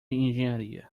engenharia